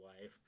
wife